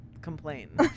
complain